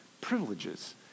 privileges